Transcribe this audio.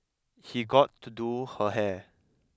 he got to do her hair